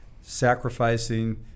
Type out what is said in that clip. sacrificing